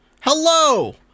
hello